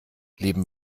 leben